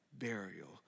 burial